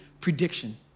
prediction